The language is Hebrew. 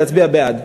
להצביע בעד.